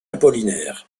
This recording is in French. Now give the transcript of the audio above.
apollinaire